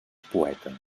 poeta